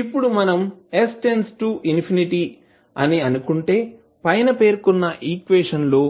ఇప్పుడు మనం s →∞ అని అనుకుంటే పైన పేర్కొన్న ఈక్వేషన్ లో